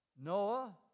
Noah